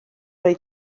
oedd